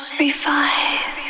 revive